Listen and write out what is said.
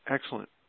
Excellent